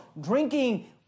drinking